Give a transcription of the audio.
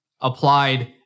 applied